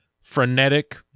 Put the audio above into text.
frenetic